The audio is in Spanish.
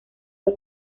fue